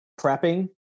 prepping